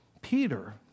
Peter